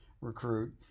recruit